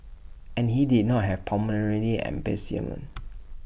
and he did not have pulmonary emphysema